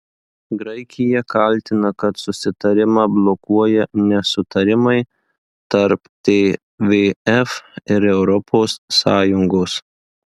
graikija kaltina kad susitarimą blokuoja nesutarimai tarp tvf ir europos sąjungos